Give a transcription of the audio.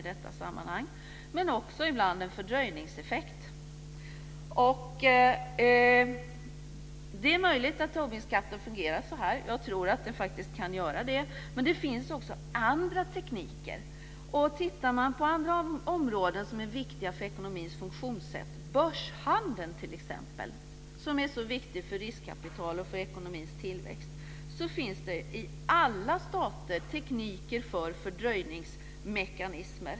Det handlar också ibland om en fördröjningseffekt. Det är möjligt att Tobinskatten fungerar så. Jag tror att den faktiskt kan göra det. Men det finns också andra tekniker. Man kan titta på andra områden som är viktiga för ekonomins funktionssätt. Börshandeln är t.ex. viktig för riskkapital och för ekonomins tillväxt. Där finns det i alla stater tekniker för fördröjningsmekanismer.